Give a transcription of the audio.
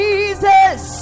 Jesus